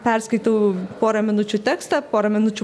perskaitau porą minučių tekstą porą minučių